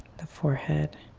the forehead.